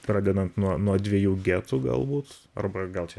pradedant nuo nuo dviejų getų galbūt arba gal čia